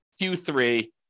Q3